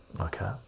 Okay